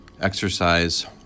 Exercise